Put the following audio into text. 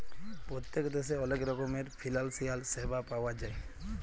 পত্তেক দ্যাশে অলেক রকমের ফিলালসিয়াল স্যাবা পাউয়া যায়